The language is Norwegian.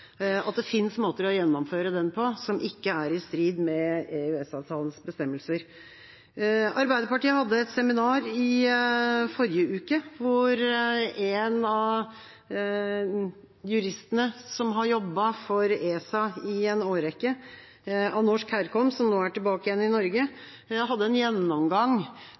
at det finnes måter å gjennomføre den på som ikke er i strid med EØS-avtalens bestemmelser. Arbeiderpartiet hadde et seminar i forrige uke hvor en av juristene som har jobbet for ESA i en årrekke, av norsk herkomst og som nå er tilbake i Norge, hadde en gjennomgang